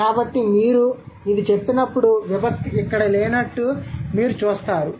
కాబట్టి మీరు ఇది చెప్పినప్పుడు విభక్తి ఇక్కడ లేనట్టు మీరు చూస్తారు